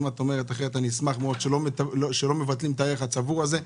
אני אשמח מאוד שלא יבטלו את הערך הצבור הזה.